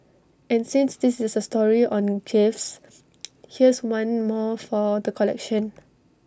and since this is A story on gaffes here's one more for the collection